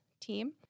team